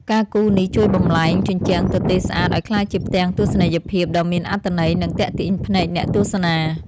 ការគូរនេះជួយបំប្លែងជញ្ជាំងទទេស្អាតឱ្យក្លាយជាផ្ទាំងទស្សនីយភាពដ៏មានអត្ថន័យ និងទាក់ទាញភ្នែកអ្នកទស្សនា។